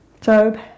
Job